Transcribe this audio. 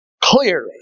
clearly